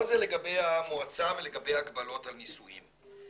כל זה לגבי המועצה ולגבי הגבלות על ניסויים.